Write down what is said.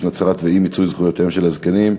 נצרת ואי-מיצוי זכויותיהם של הזקנים,